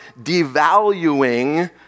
devaluing